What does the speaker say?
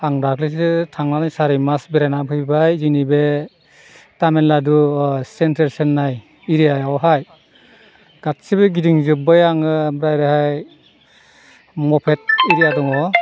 आं दाख्लैसो थांनानै सारि मास बेरायनानै फैबाय जोंनि बे तामिलनाडु सेन्ट्रेल चेन्नाइ एरियाआवहाय गासैबो गिदिंजोब्बाय आङो ओमफ्राय बेवहाय मपेत एरिया दङ